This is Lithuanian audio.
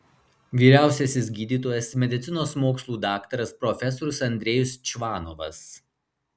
vyriausiasis gydytojas medicinos mokslų daktaras profesorius andrejus čvanovas